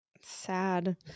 sad